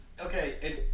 Okay